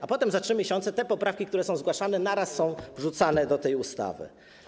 A potem, za 3 miesiące te poprawki, które są zgłaszane, na raz są wrzucane do tej ustawy.